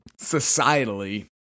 societally